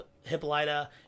Hippolyta